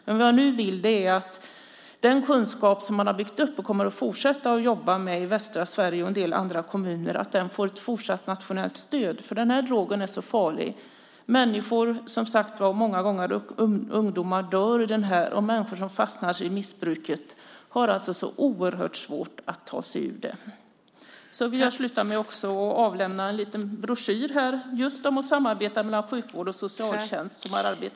Det jag nu vill är att den kunskap som man har byggt upp, och kommer att fortsätta jobba med i västra Sverige och i många kommuner, får ett fortsatt nationellt stöd, för den här drogen är så farlig. Människor, många gånger som sagt ungdomar, dör av det här, och människor som fastnar i missbruket har oerhört svårt att ta sig ur det. Jag vill till sist också lämna över en liten broschyr som har tagits fram just om samarbetet mellan sjukvård och socialtjänst.